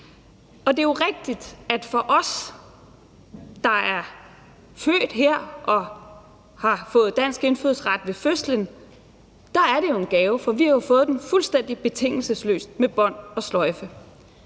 og det er jo rigtigt, at det for os, der er født her og har fået dansk indfødsret ved fødslen, er en gave, for vi har jo fået den fuldstændig betingelsesløst med bånd og sløjfe.